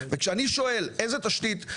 וכשאני שואל איזו תשתית,